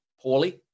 poorly